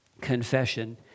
confession